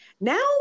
Now